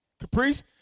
Caprice